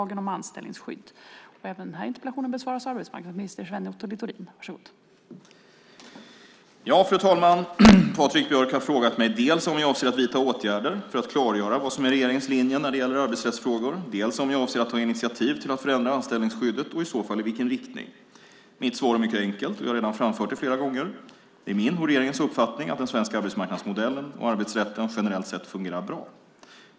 Fru talman! Patrik Björck har frågat mig dels om jag avser att vidta åtgärder för att klargöra vad som är regeringens linje när det gäller arbetsrättsfrågor, dels om jag avser att ta initiativ till att förändra anställningsskyddet och i så fall i vilken riktning. Mitt svar är mycket enkelt, och jag har redan framfört det flera gånger: Det är min och regeringens uppfattning att den svenska arbetsmarknadsmodellen och arbetsrätten generellt sett fungerar bra.